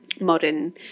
modern